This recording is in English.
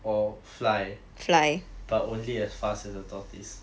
or fly but only as fast as a tortoise